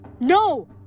No